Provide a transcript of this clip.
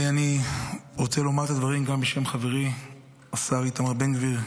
אני רוצה לומר את הדברים גם בשם חברי השר איתמר בן גביר,